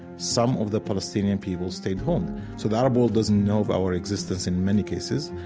some of the palestinian people stayed home, so the arab world doesn't know of our existence in many cases,